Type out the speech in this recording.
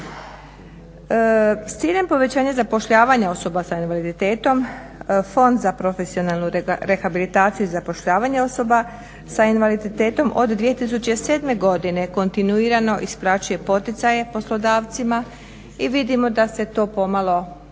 S ciljem povećanja zapošljavanja osoba s invaliditetom Fond za profesionalnu rehabilitaciju i zapošljavanje osoba s invaliditetom od 2007. godine kontinuirano isplaćuje poticaje poslodavcima i vidimo da se to pomalo povećava